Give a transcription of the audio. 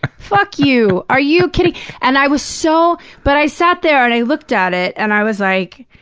fuck you! are you kidding and i was so but i sat there and i looked at it, and i was like,